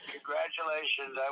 Congratulations